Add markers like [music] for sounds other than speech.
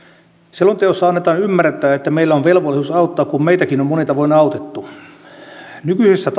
selonteossa annetaan ymmärtää että meillä on velvollisuus auttaa kun meitäkin on monin tavoin autettu nykyisessä [unintelligible]